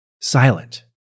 silent